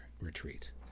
retreat